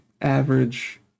average